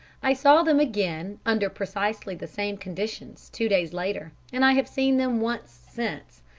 i saw them again, under precisely the same conditions, two days later, and i have seen them once since.